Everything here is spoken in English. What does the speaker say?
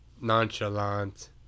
nonchalant